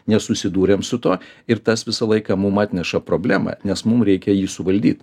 nesusidūrėm su tuo ir tas visą laiką mum atneša problemą nes mums reikia jį suvaldyt